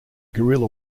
guerrilla